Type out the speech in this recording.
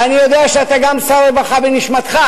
ואני יודע שאתה גם שר רווחה בנשמתך,